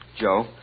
Joe